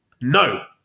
No